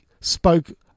spoke